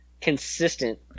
consistent